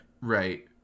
Right